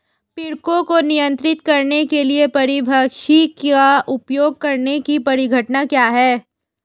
पीड़कों को नियंत्रित करने के लिए परभक्षी का उपयोग करने की परिघटना क्या है?